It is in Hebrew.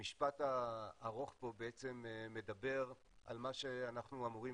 המשפט הארוך פה מדבר על מה שאנחנו אמורים